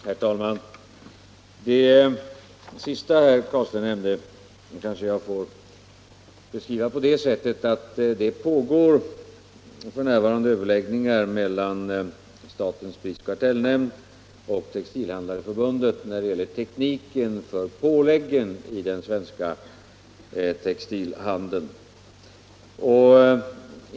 Herr talman! Det sista herr Carlstein frågade om kanske jag får beskriva Om tryggande av på det sättet, att det pågår f. n. överläggningar mellan statens prisoch sysselsättningen för kartellnämnd och Textilhandlareförbundet när det gäller tekniken för = utbildade lärare påläggen i den svenska textilhandeln.